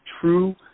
true